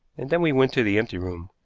and then we went to the empty room,